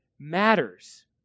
matters